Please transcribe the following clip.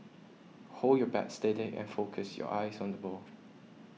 hold your bat steady and focus your eyes on the ball